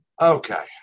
Okay